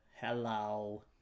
hello